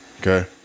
Okay